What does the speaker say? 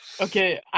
Okay